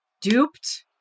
duped